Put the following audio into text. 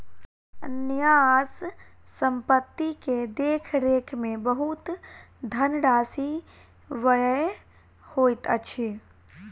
न्यास संपत्ति के देख रेख में बहुत धनराशि व्यय होइत अछि